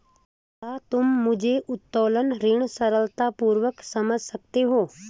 क्या तुम मुझे उत्तोलन ऋण सरलतापूर्वक समझा सकते हो?